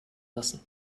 lassen